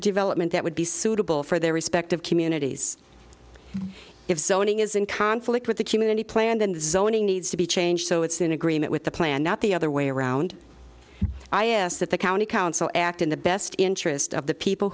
development that would be suitable for their respective communities if zoning is in conflict with the community plan then the zoning needs to be changed so it's in agreement with the plan not the other way around i ask that the county council act in the best interest of the people